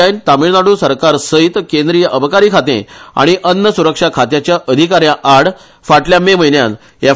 आयन तामीलनाडु सरकारसयत केंद्रीय अबकारी खातें आनी अन्न सुरक्षा खात्याच्या अधिका यांआड फाटल्या मे म्हयन्यात एफ